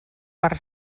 per